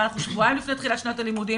אנחנו נמצאים שבועיים לפני שנת הלימודים,